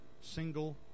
single